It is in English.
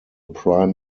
prime